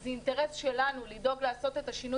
זה אינטרס שלנו לדאוג לעשות את השינוי